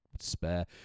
spare